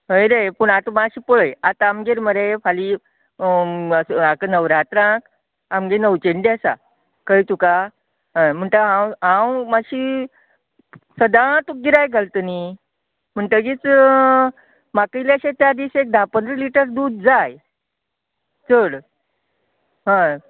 हय रे पूण आता मातशें पळय आतां आमगेर मरे फाल्यां आतां नवरात्रांत आमगे नवचंडी आसता कळ्ळें तुका हय म्हणटा हांव हांव मातशी सदां तुका गिरायक घालता नी म्हणटगीच म्हाका इल्लेशें त्या दीस एक धा पंदरा लिटर दूद जाय चड हय